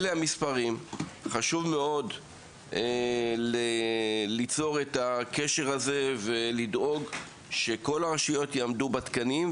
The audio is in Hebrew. חשוב מאוד ליצור את הקשר הזה ולדאוג שכל הרשויות יעמדו בתקנים,